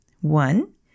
One